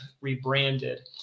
rebranded